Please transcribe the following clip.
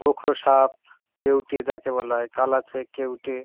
গোখরো সাপ কেউটে যাকে বলা হয় কালাচে কেউটে